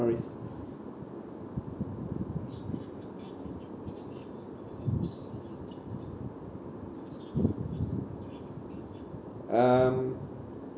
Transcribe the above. sorry um